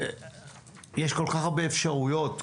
יש כל-כך הרבה אפשרויות: